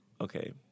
okay